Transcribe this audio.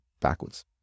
backwards